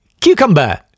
cucumber